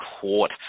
Court